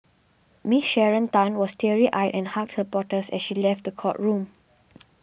Miss Sharon Tan was teary eyed and hugged supporters as she left the courtroom